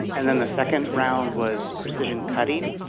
and and the second round was precision-cutting.